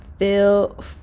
Feel